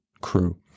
crew